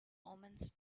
omens